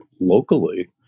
locally